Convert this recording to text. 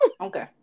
Okay